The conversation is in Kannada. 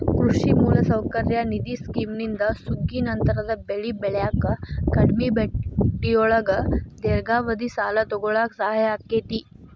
ಕೃಷಿ ಮೂಲಸೌಕರ್ಯ ನಿಧಿ ಸ್ಕಿಮ್ನಿಂದ ಸುಗ್ಗಿನಂತರದ ಬೆಳಿ ಬೆಳ್ಯಾಕ ಕಡಿಮಿ ಬಡ್ಡಿಯೊಳಗ ದೇರ್ಘಾವಧಿ ಸಾಲ ತೊಗೋಳಾಕ ಸಹಾಯ ಆಕ್ಕೆತಿ